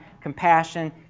compassion